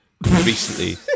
recently